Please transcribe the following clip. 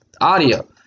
audio